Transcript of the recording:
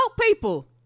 people